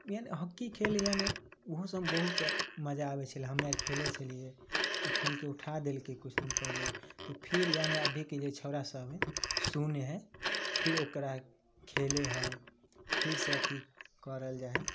में हॉकी खेल एहन हइ उहो सब मे बहुत मजा आबै छलै हमे खेलै छलियै ऊ खेल के उठा देलकै कुछ दिन पहिले तऽ फिर यानि अभी के जे छौड़ा सब मे सुने हय फिर ओकरा खेले हय फिर से अथी करल जा हय